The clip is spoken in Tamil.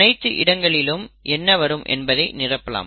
அனைத்து இடங்களிலும் என்ன வரும் என்பதை நிரப்பலாம்